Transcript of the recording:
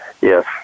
Yes